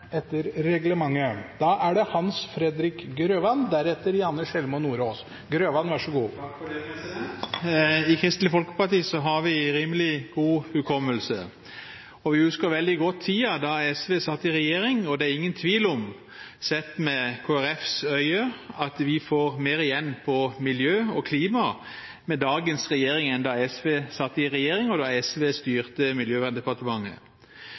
I Kristelig Folkeparti har vi rimelig god hukommelse. Vi husker veldig godt tiden da SV satt i regjering, og det er ingen tvil om, sett med Kristelig Folkepartis øyne, at vi får mer igjen på miljø og klima med dagens regjering enn da SV satt i regjering, og da SV styrte Miljøverndepartementet.